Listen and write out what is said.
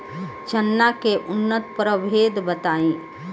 चना के उन्नत प्रभेद बताई?